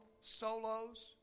solos